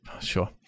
sure